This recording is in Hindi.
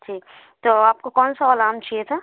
ठीक तो आपको कौन सा वाला आम चाहिए था